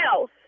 else